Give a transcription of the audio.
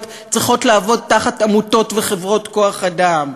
צריכות לעבוד תחת עמותות וחברות כוח-אדם,